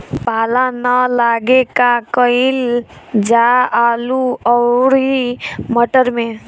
पाला न लागे का कयिल जा आलू औरी मटर मैं?